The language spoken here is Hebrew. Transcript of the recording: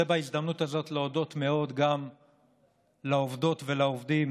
אני רוצה בהזדמנות הזאת להודות מאוד גם לעובדות ולעובדים